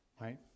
right